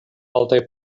altaj